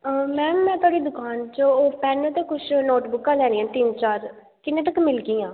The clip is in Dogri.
ते ओह् मैडम में थुआढ़ी दुकान परा तीन चार पेन ते किश नोटबुकां लैनियां ते किन्ने तगर मिलगियां